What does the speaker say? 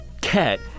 cat